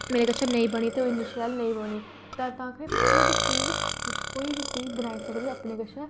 ते मेरे कशा नेईं बनी ते इन्नी शैल नेईं बनी ते तां फिर कोई बी चीज कोई बी चीज बनाई सकदे अपने कशा